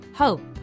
hope